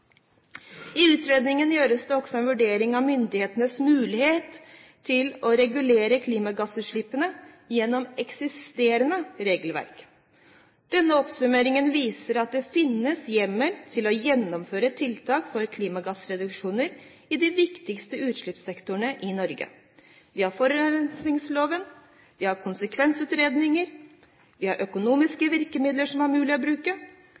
I utredningen gjøres det også en vurdering av myndighetenes muligheter til å regulere klimagassutslippene gjennom eksisterende regelverk. Denne oppsummeringen viser at det finnes hjemmel for å gjennomføre tiltak for klimagassreduksjoner i de viktigste utslippssektorene i Norge. Vi har forurensningsloven, vi har konsekvensutredninger, vi har økonomiske virkemidler som det er mulig å bruke.